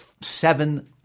seven